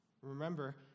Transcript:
remember